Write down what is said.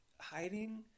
hiding